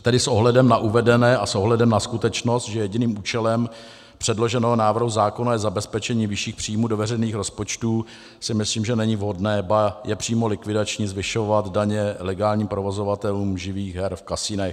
Tedy s ohledem na uvedené a s ohledem na skutečnost, že jediným účelem předloženého návrhu zákona je zabezpečení vyšších příjmů do veřejných rozpočtů, si myslím, že není vhodné, ba je přímo likvidační zvyšovat daně legálním provozovatelům živých her v kasinech.